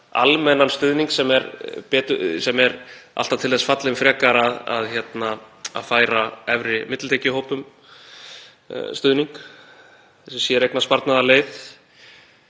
almennan stuðning sem er alltaf frekar til þess fallinn að færa efri millitekjuhópum stuðning, þessi séreignarsparnaðarleið.